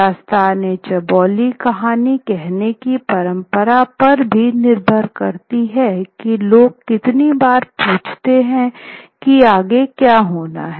दास्तान ई चौबोली कहानी कहने की परंपरा पर भी निर्भर करती है की लोग कितनी बार पूछते हैं की "आगे क्या होना है